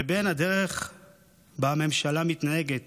ובין הדרך שבה הממשלה מתנהגת